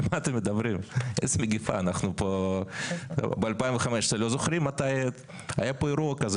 על מה אתם מדברים?' ב-2015 לא זוכרים מתי היה פה אירוע כזה.